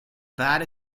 bad